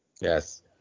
Yes